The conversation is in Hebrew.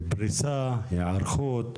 לפריסה, היערכות,